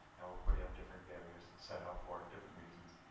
now we're putting up different barriers set up for different reasons.